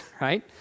right